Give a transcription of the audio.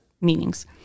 meanings